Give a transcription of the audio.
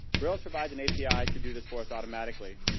rail provides an api to do this for us automatically,